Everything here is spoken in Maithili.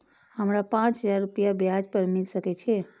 हमरा पाँच हजार रुपया ब्याज पर मिल सके छे?